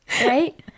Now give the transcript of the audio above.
right